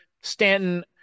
Stanton